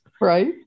Right